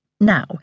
Now